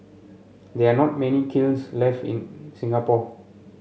there are not many kilns left in Singapore